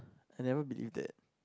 I never believed that